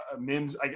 mims